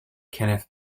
kenneth